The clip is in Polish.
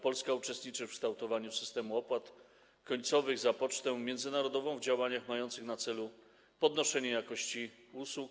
Polska uczestniczy w kształtowaniu systemu opłat końcowych za pocztę międzynarodową, w działaniach mających na celu podnoszenie jakości usług.